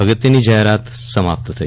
અગત્યની જાહેરાત સમાપ્ત થઈ